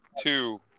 two